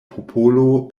popolo